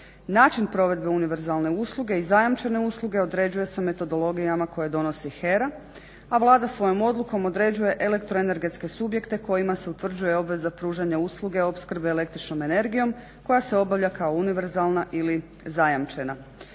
Način provedbe univerzalne usluge i zajamčene usluge određuje se metodologijama koje donosi HERA, a Vlada svojom odlukom određuje elektroenergetske subjekte kojima se utvrđuje obveza pružanja usluge opskrbe električnom energijom koja se obavlja kao univerzalna ili zajamčena.